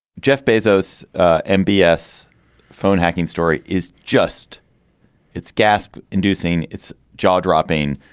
jeff bezos m p s phone hacking story is just its gasp inducing, its jaw dropping.